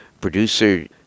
producer